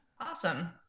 Awesome